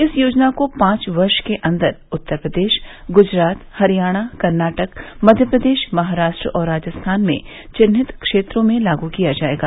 इस योजना को पांच वर्ष के अंदर उत्तर प्रदेश गुजरात हरियाणा कर्नाटक मध्यप्रदेश महाराष्ट्र और राजस्थान में चिन्हित क्षेत्रों में लागू किया जाएगा